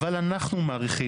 אבל אנחנו מעריכים,